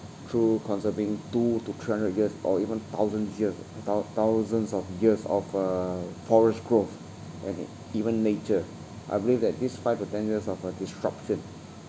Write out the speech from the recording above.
through conserving two to three hundred years or even thousands year thou~ thousands of years of uh forest growth and even nature I believe that this five or ten years of a disruption